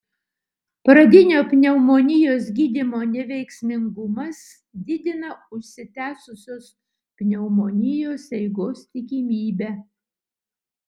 pradinio pneumonijos gydymo neveiksmingumas didina užsitęsusios pneumonijos eigos tikimybę